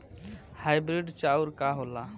Hybrid चाउर का होला?